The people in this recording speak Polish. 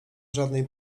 żadnej